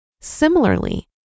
Similarly